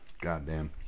Goddamn